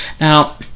Now